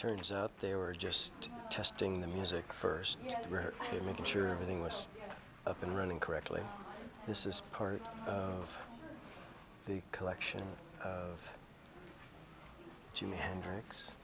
turns out they were just testing the music first yet were to making sure everything was up and running correctly this is part of the collection of jimi hendrix